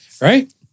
Right